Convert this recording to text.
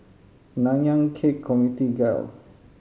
Nanyang Khek Community Guild